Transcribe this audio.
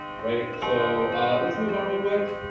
right. so let's move on real quick.